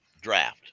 draft